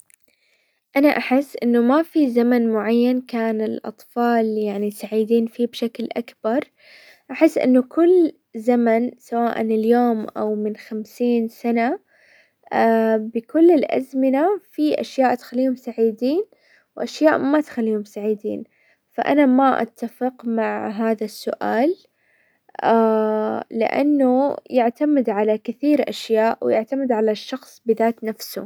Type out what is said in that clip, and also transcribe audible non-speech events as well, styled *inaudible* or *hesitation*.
انا احس انه ما في زمن معين كان الاطفال يعني سعيدين فيه بشكل اكبر، احس انه كل زمن سواء اليوم او من خمسين سنة *hesitation* بكل الازمنة في اشياء تخليهم سعيدين واشياء ما تخليهم سعيدين، فانا ما اتفق مع هذا السؤال، *hesitation* لانه يعتمد على كثير اشياء ويعتمد على الشخص بذات نفسه.